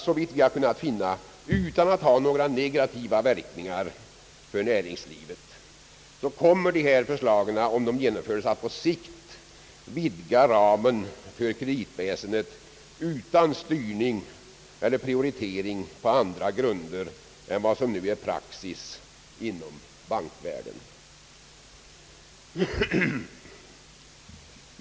Såvitt jag har kunnat finna kommer dessa förslag om de genomföres — utan att ha några negativa verkningar för näringslivet — att på sikt vidga ramen för kreditväsendet utan styrning eller prioritering på andra grunder än vad som nu är praxis inom bankvärlden.